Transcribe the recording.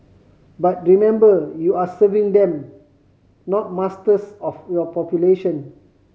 but remember you are serving them not masters of your population